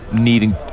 needing